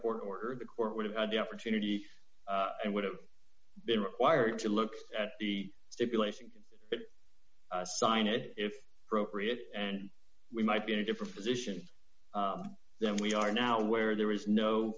import or the court would have had the opportunity and would have been required to look at the stipulation that sign it if procreate and we might be in a different position than we are now where there is no